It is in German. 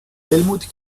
helmut